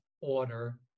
Order